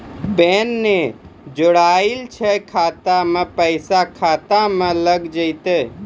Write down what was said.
Pan ने जोड़लऽ छै खाता मे पैसा खाता मे लग जयतै?